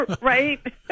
Right